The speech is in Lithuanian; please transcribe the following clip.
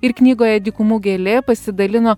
ir knygoje dykumų gėlė pasidalino